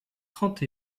trente